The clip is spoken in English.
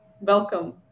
welcome